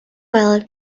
world